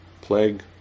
plague